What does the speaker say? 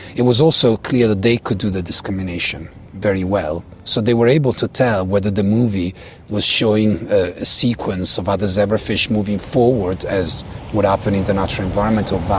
it was also clear that they could do the discrimination very well. so they were able to tell whether the movie was showing a sequence of other zebrafish moving forward as would happen in the natural environment, or